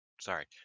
Sorry